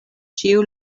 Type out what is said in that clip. ĉiu